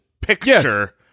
picture